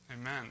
Amen